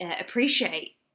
appreciate